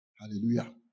Hallelujah